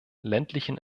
ländlichen